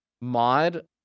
mod